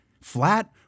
Flat